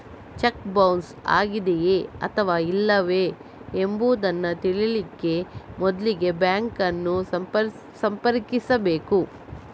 check bounce ಆಗಿದೆಯೇ ಅಥವಾ ಇಲ್ಲವೇ ಎಂಬುದನ್ನ ತಿಳೀಲಿಕ್ಕೆ ಮೊದ್ಲಿಗೆ ಬ್ಯಾಂಕ್ ಅನ್ನು ಸಂಪರ್ಕಿಸ್ಬೇಕು